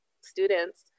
students